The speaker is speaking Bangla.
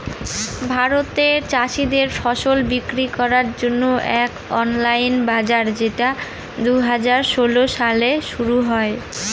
ভারতে চাষীদের ফসল বিক্রি করার জন্য এক অনলাইন বাজার যেটা দুই হাজার ষোলো সালে শুরু হয়